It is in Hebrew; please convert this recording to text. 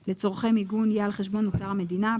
לצורכי מעמידה לרשותו לצורכי מיגון יהיה על חשבון אוצר מיגון המדינה.